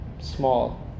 small